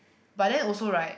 but then also right